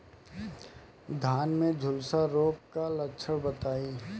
धान में झुलसा रोग क लक्षण बताई?